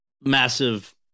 massive